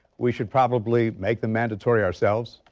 we should probably make them mandatory ourselves.